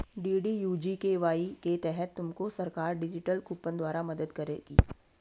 DDU GKY के तहत तुमको सरकार डिजिटल कूपन द्वारा मदद करेगी